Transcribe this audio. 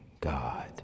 God